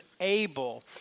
able